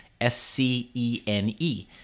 S-C-E-N-E